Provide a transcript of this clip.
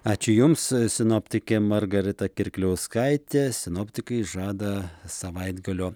ačiū jums sinoptikė margarita kirkliauskaitė sinoptikai žada savaitgalio